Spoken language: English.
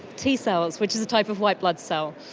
t cells which is a type of white blood cell,